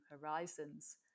horizons